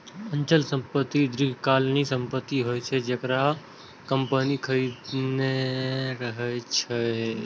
अचल संपत्ति दीर्घकालीन संपत्ति होइ छै, जेकरा कंपनी खरीदने रहै छै